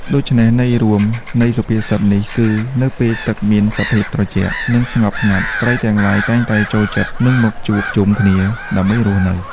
ដូច្នេះ ន័យរួមនៃសុភាសិតនេះគឺ នៅពេលទឹកមានសភាពត្រជាក់ និងស្ងប់ស្ងាត់ ត្រីទាំងឡាយតែងតែចូលចិត្ត និងមកជួបជុំគ្នា ដើម្បីរស់នៅ។